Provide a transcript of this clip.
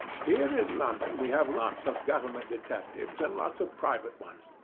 here in london we have lots of government detectives and lots of private ones.